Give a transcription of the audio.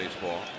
baseball